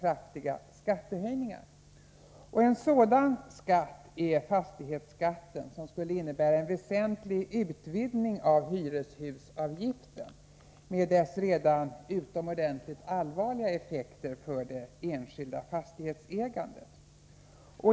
En sådan skattehöjning är införande av den nya fastighetsskatt som skulle innebära en väsentlig utvidgning av hyreshusavgiften, med dess redan utomordentligt allvarliga effekter för det enskilda fastighetsägandet.